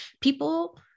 People